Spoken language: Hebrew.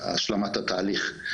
השלמת התהליך.